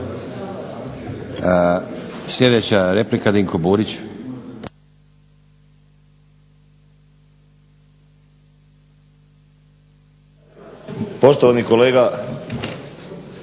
Sljedeća replika, Dinko Burić. Izvolite kolega.